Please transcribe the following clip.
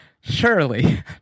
surely